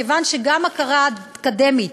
כיוון שגם הכרה אקדמית